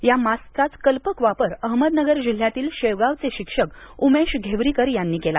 या मास्कचाच कल्पक वापर अहमदनगर जिल्ह्यातील शेवगाव चे शिक्षक उमेश घेवरीकर यांनी केला